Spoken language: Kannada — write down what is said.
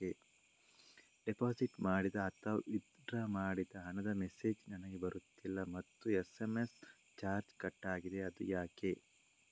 ಡೆಪೋಸಿಟ್ ಮಾಡಿದ ಅಥವಾ ವಿಥ್ಡ್ರಾ ಮಾಡಿದ ಹಣದ ಮೆಸೇಜ್ ನನಗೆ ಬರುತ್ತಿಲ್ಲ ಮತ್ತು ಎಸ್.ಎಂ.ಎಸ್ ಚಾರ್ಜ್ ಕಟ್ಟಾಗಿದೆ ಅದು ಯಾಕೆ?